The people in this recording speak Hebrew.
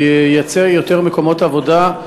והוא ייצר יותר מקומות עבודה,